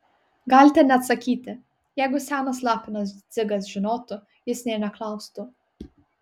galite neatsakyti jeigu senas lapinas dzigas žinotų jis nė neklaustų